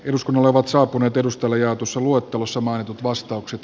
eduskunnan ovat saapuneet edustalla jaetussa luottavassa mainitut vastaukset